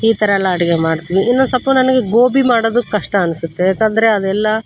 ಈ ಥರ ಎಲ್ಲ ಅಡುಗೆ ಮಾಡ್ತೀವಿ ಇನ್ನೊಂದು ಸ್ವಲ್ಪ ನನಗೆ ಗೋಬಿ ಮಾಡೋದು ಕಷ್ಟ ಅನಿಸುತ್ತೆ ಯಾಕಂದರೆ ಅದೆಲ್ಲ